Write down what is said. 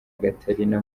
gatarina